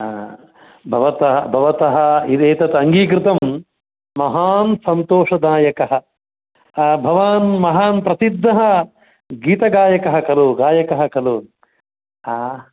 भवत भवतः एतदङ्गीकृतं महान् सन्तोषदायकः भवान् महान् प्रसिद्धः गीतगायकः खलु गायकः खलु